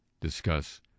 discuss